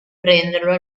prenderlo